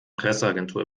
presseagentur